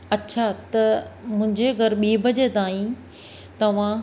अच्छा त मुंहिंजे घर ॿी बजे ताईं तव्हां